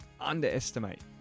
underestimate